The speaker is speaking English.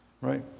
Right